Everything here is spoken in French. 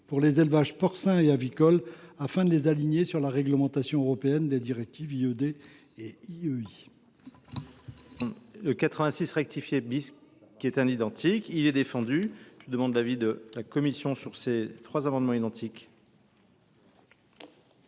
pour les élevages porcins et avicoles, afin de les aligner sur la réglementation européenne des directives sur les